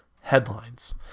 headlines